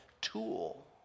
tool